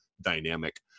dynamic